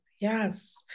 Yes